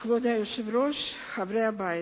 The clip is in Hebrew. כבוד היושב-ראש, חברי הבית,